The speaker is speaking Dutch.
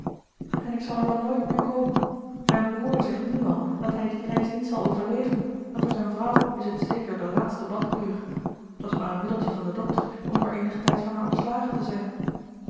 en ik zal er wel nooit meer komen mijn broer zegt nu al dat hij die reis niet zal overleven en voor zijne vrouw is het zeker de laatste badkuur t was maar een middeltje van den dokter om voor eenigen tijd van haar ontslagen te zijn